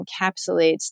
encapsulates